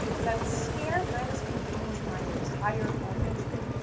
but i was scared and i was confused my entire four years there.